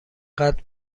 قدر